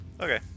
Okay